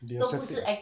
they accept it